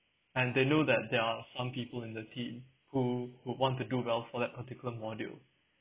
and they know that there are some people in the team who would want to do well for that particular module